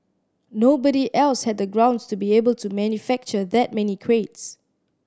nobody else had the grounds to be able to manufacture that many crates